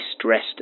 stressed